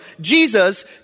Jesus